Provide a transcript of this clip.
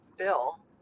bill